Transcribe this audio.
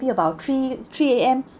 maybe about three three A_M